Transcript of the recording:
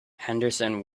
henderson